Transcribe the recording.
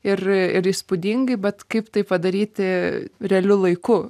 ir ir įspūdingai bet kaip tai padaryti realiu laiku